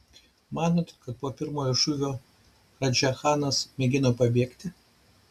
manote kad po pirmojo šūvio radža chanas mėgino pabėgti